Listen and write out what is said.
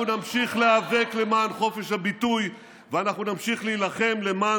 אנחנו נמשיך להיאבק למען חופש הביטוי ואנחנו נמשיך להילחם למען